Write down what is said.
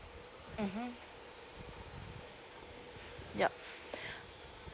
mmhmm yup